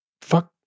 Fuck